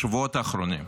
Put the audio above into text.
בשבועות האחרונים.